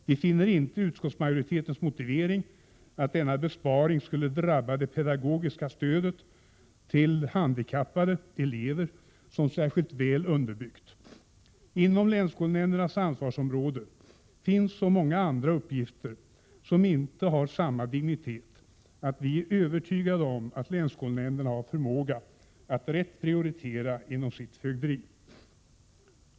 Vi finner inte utskottsmajoritetens motivering, att denna besparing skulle drabba det pedagogiska stödet till handikappade elever, särskilt väl underbyggd. Inom länsskolnämndernas ansvarsområde finns så många andra uppgifter som inte har samma dignitet att vi är övertygade om att länsskolnämnderna har förmåga att rätt prioritera inom sitt fögderi.